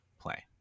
play